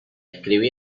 escribí